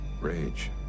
rage